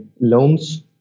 loans